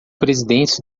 presidentes